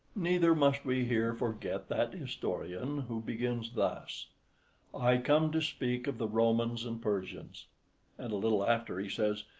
neither must we here forget that historian who begins thus i come to speak of the romans and persians and a little after he says,